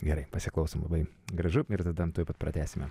gerai pasiklausom labai gražu ir tada tuoj pat pratęsime